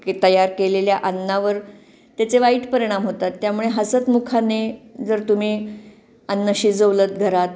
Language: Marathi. की तयार केलेल्या अन्नावर त्याचे वाईट परिणाम होतात त्यामुळे हसतमुखाने जर तुम्ही अन्न शिजवलंत घरात